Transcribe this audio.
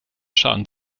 schaden